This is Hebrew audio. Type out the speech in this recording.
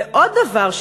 ועוד דבר,